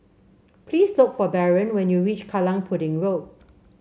please look for Barron when you reach Kallang Pudding Road